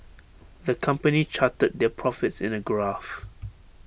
the company charted their profits in A graph